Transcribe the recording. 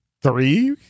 Three